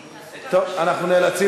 טוב, תודה רבה.